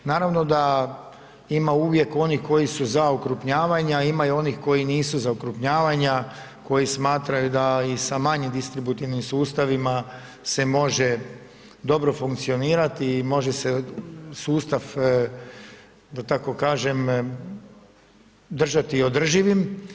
Naravno da ima uvijek onih koji su za okrupnjavanja, a ima i onih koji nisu za okrupnjavanja koji smatraju da i sa manjim distributivnim sustavima se može dobro funkcionirati i može se sustav da tako kažem držati održivim.